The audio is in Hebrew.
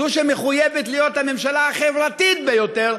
זו שמחויבת להיות הממשלה החברתית ביותר,